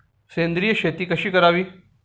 सेंद्रिय शेती कशी करावी?